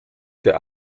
der